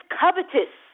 covetous